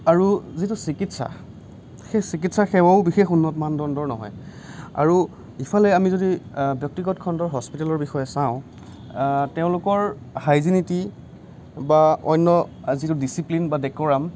আৰু যিটো চিকিৎসা সেই চিকিৎসা সেৱাও বিশেষ উন্নত মানদণ্ডৰ নহয় আৰু ইফালে আমি যদি ব্য়ক্তিগত খণ্ডৰ হস্পিতালৰ বিষয়ে চাওঁ তেওঁলোকৰ হাইজিনিটি বা অন্য় যিটো ডিচিপ্লিন বা ডেকোৰাম